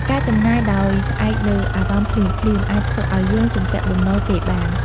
ការចំណាយដោយផ្អែកលើអារម្មណ៍ភ្លាមៗ អាចធ្វើឲ្យយើងជំពាក់បំណុលគេបាន។